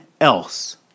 else